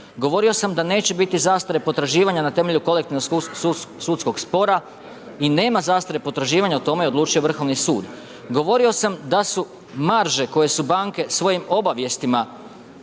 Govorio sam da neće biti zastare potraživanja na temelju kolektivnog sudskog spora i nema zastare potraživanja, o tome je odlučio Vrhovni sud. Govorio sam da su marže koje su banke svojim obavijestima